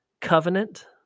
covenant